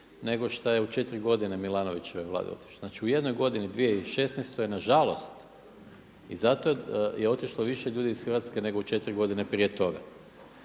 nego što je u 4 godine Milanovićeve Vlade otišlo. Znači u jednoj godini 2016. nažalost. I zato je otišlo više ljudi iz Hrvatske nego u 4 godine prije toga.